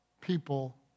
people